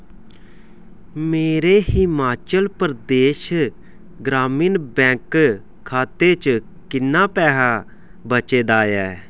मेरे हिमाचल प्रदेश ग्रामीण बैंक खाते च किन्ना पैहा बचे दा ऐ